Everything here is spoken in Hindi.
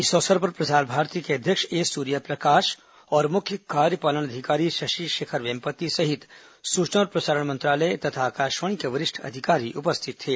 इस अवसर पर प्रसार भारती के अध्यक्ष ए सूर्यप्रकाश और मुख्य कार्यपालन अधिकारी शशि शेखर वेम्पति सहित सूचना और प्रसारण मंत्रालय तथा आकाशवाणी के वरिष्ठ अधिकारी उपस्थित थे